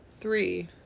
three